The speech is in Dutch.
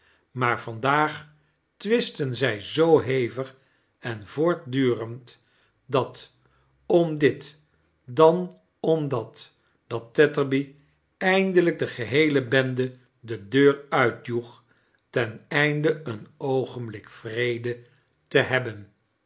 maar vandaag twistten zij zoo hevig en voortdurend dan om dit dan om dat dat tetterby eindelijk de gieheelev bende de deur uitjoeg ten einde een oogenblik vrede te hebben